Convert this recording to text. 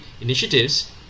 initiatives